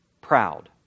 proud